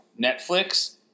Netflix